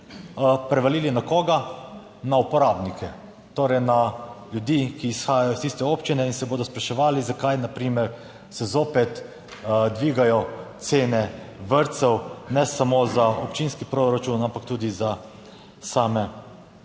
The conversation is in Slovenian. prevalili - na koga? . na uporabnike, torej na ljudi, ki izhajajo iz tiste občine in se bodo spraševali, zakaj na primer se zopet dvigajo cene vrtcev, ne samo za občinski proračun, ampak tudi za same uporabnike.